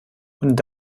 und